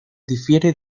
difiere